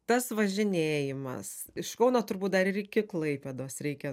tas važinėjimas iš kauno turbūt dar ir iki klaipėdos reikia